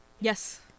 Yes